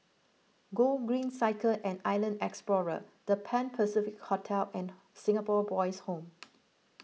Gogreen Cycle and Island Explorer the Pan Pacific Hotel and Singapore Boys' Home